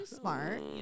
smart